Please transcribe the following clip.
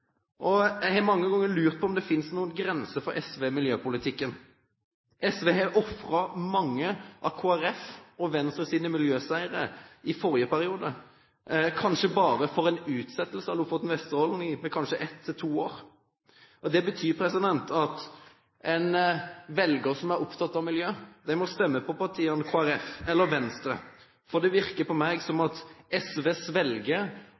det. Jeg har mange ganger lurt på om det finnes noen grense for SV i miljøpolitikken. SV har ofret mange av Kristelig Folkepartis og Venstres miljøseire fra en tidligere periode, bare for å få en utsettelse av Lofoten–Vesterålen i kanskje ett til to år. Det betyr at en velger som er opptatt av miljøet, må stemme på partiet Kristelig Folkeparti eller partiet Venstre, for det virker for meg som